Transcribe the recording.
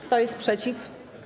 Kto jest przeciw?